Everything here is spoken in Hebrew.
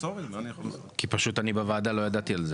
כי פשוט אני בוועדה לא ידעתי על זה.